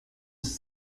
trois